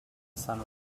sun